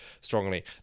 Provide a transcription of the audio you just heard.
strongly